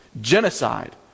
genocide